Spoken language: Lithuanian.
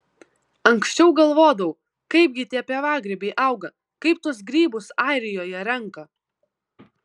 anksčiau galvodavau kaipgi tie pievagrybiai auga kaip tuos grybus airijoje renka